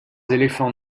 éléphants